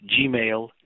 gmail